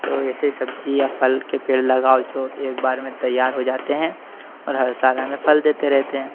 तो ऐसे सब्जी या फल के पेड़ लगाओ जो एक बार में तैयार हो जाते हैं और हर साल हमें फल देते रहते हैं